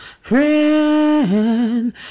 friend